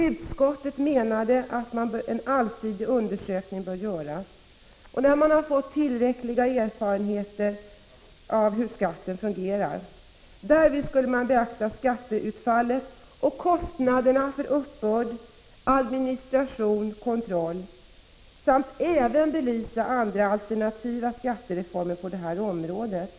Utskottet menade att man skulle göra en allsidig utvärdering när man fått tillräckliga erfarenheter av hur skatten fungerar. Därvid skulle man beakta skatteutfallet och kostnaderna för uppbörd, administration och kontroll samt även belysa alternativa skattereformer på det här området.